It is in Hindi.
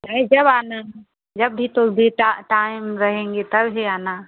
चाहे जब आना जब भी तू भी टा टाइम रहेंगी तब ही आना